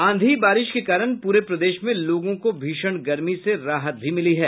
आंधी बारिश के कारण पूरे प्रदेश में लोगों को भीषण गर्मी से राहत भी मिली है